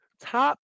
top